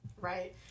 Right